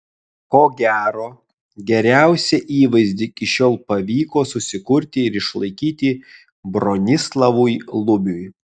ko gero geriausią įvaizdį iki šiol pavyko susikurti ir išlaikyti bronislovui lubiui